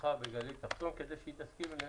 תמיכה בגליל תחתון כדי שהיא תסכים?